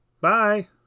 Bye